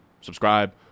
subscribe